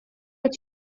est